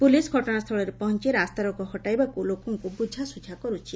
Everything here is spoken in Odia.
ପୁଲିସ୍ ଘଟଣାସ୍ଥଳରେ ପହଞ୍ ରାସ୍ତାରୋକ ହଟାଇବାକୁ ଲୋକଙ୍କୁ ବୁଝାସୁଝା କରୁଛି